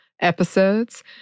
episodes